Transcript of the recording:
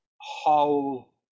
whole